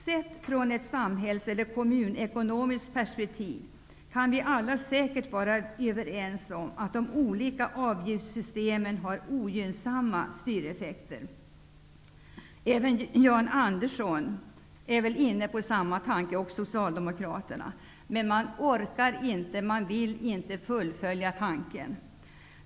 Sett från ett samhälls eller kommunekonomiskt perspektiv kan vi alla säkerligen vara överens om att de olika avgiftssystemen har ogynnsamma styreffekter. Även Jan Andersson och Socialdemokraterna tycks vara inne på samma tankar, men man orkar eller vill inte fullfölja den tanken.